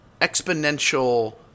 exponential